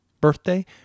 birthday